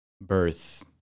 birth